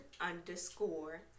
underscore